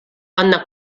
anna